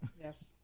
Yes